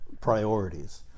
priorities